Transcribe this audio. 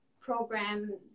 program